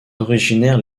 originaires